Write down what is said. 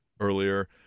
earlier